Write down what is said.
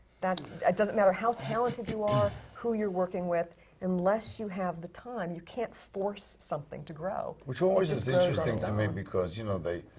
that, it doesn't matter how talented you are, who you're working with unless you have the time, you can't force something to grow. which always is interesting to me because, you know, they,